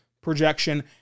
projection